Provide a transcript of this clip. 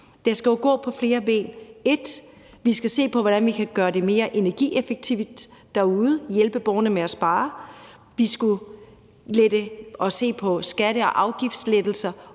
Det skal jo gå på flere ben: 1) Vi skal se på, hvordan vi kan gøre det mere energieffektivt derude, altså hjælpe borgerne med at spare; og 2) vi skal se på skatte- og afgiftslettelser